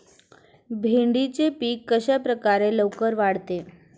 भेंडीचे पीक कशाप्रकारे लवकर वाढते?